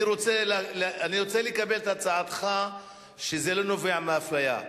אני רוצה לקבל את הצעתך שזה לא נובע מאפליה.